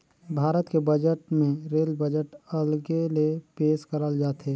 भारत के बजट मे rail budget अलगे ले पेस करल जाथे